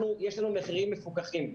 יש לנו מחירים מפוקחים,